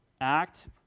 act